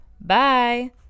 Bye